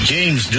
James